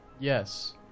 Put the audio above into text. Yes